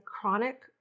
chronic